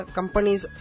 companies